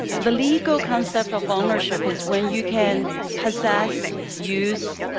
the legal concept of ownership is when you can possess, use,